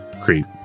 Creep